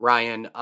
Ryan